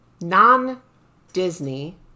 non-Disney